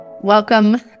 Welcome